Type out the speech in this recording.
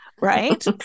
right